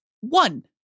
one